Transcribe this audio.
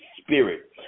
spirit